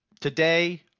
Today